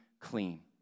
clean